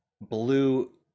blue